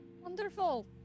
Wonderful